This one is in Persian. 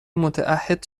متعهد